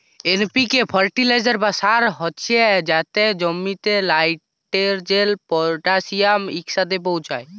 NPK fertiliser বা সার হছে যাতে জমিতে লাইটেরজেল, পটাশিয়াম ইকসাথে পৌঁছায়